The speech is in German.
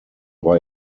war